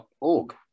org